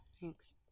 Thanks